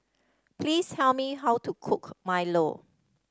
please tell me how to cook Milo